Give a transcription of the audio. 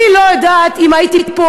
אני לא יודעת אם הייתי פה